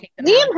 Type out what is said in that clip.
Liam